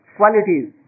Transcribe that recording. qualities